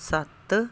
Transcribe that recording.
ਸੱਤ